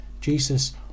Jesus